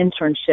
internship